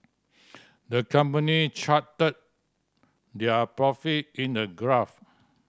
the company charted their profit in a graph